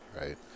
right